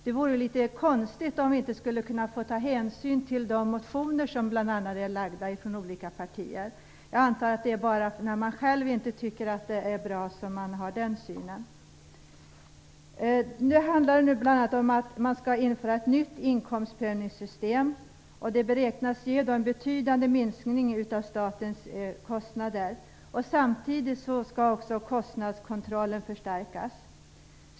Det vore konstigt om vi inte skulle få ta hänsyn till de motioner som olika partier lagt fram. Jag antar att man bara har den synen när man själv inte tycker att ett förslag är bra. Det handlar bl.a. om att man skall införa ett nytt inkomstprövningssystem, som beräknas innebära en betydande minskning av statens kostnader. Samtidigt skall också kostnadskontrollen förstärkas.